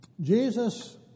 Jesus